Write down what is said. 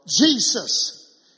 Jesus